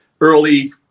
early